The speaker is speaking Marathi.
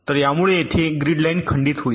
तर यामुळे येथे ही ग्रीड लाइन खंडित होईल